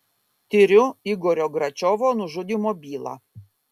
tiriu igorio gračiovo nužudymo bylą